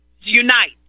unite